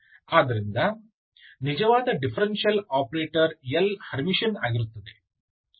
ಇದರಿಂದ ನಿಜವಾದ differential operator L Hermitian ಆಗಿರುತ್ತದೆ